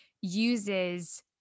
uses